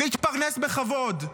להתפרנס בכבוד.